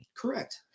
correct